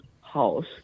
house